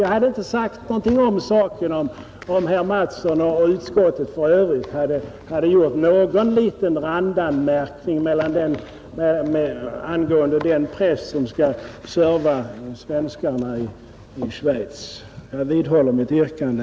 — Man hade kunnat förvänta att herr Mattsson och utskottet i övrigt hade gjort någon liten randanmärkning angående den präst som skall serva svenskarna i Schweiz. Herr talman! Jag vidhåller mitt yrkande.